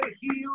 heal